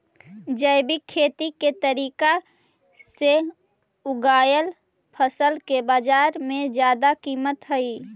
जैविक खेती के तरीका से उगाएल फसल के बाजार में जादा कीमत हई